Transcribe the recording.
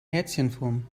herzchenform